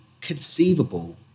conceivable